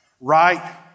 right